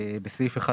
בסעיף 1(2),